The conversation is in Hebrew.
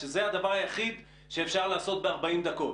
שזה הדבר היחיד שאפשר לעשות ב-40 דקות.